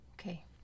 Okay